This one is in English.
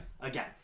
Again